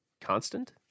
constant